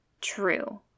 true